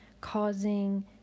causing